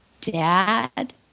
dad